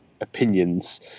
opinions